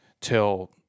till